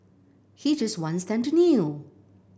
he just wants them to kneel